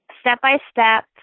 step-by-step